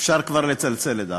אפשר כבר לצלצל, לדעתי.